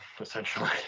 essentially